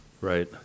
Right